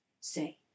Say